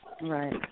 Right